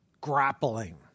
grappling